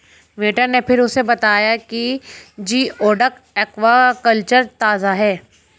waiter ने फिर उसे बताया कि जिओडक एक्वाकल्चर ताजा है